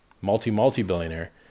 multi-multi-billionaire